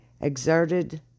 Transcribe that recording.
exerted